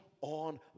on